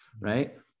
right